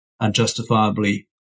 unjustifiably